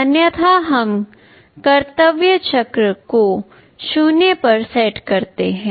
अन्यथा हम कर्तव्य चक्र को 0 पर सेट करते हैं